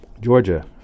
Georgia